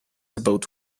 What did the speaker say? about